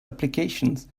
applications